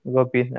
Gopi